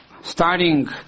starting